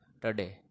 today